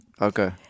Okay